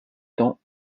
temps